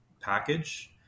package